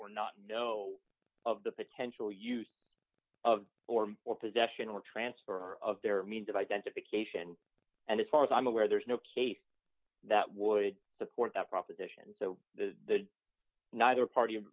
or not know of the potential use of form or possession or transfer of their means of identification and as far as i'm aware there's no case that would support that proposition so the neither party